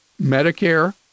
medicare